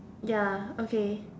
ya okay